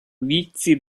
віці